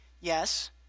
yes